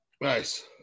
Nice